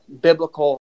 biblical